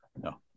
No